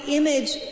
image